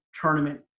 tournament